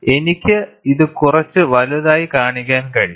എനിക്ക് ഇത് കുറച്ച് വലുതായി കാണിക്കാൻ കഴിയും